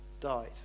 died